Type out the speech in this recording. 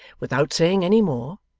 without saying any more,